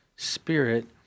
Spirit